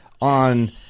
on